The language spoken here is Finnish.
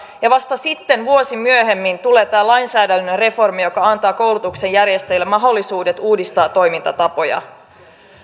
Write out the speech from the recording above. ja vasta sitten vuosi myöhemmin tulee tämä lainsäädännöllinen reformi joka antaa koulutuksen järjestäjille mahdollisuudet uudistaa toimintatapoja